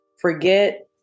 forget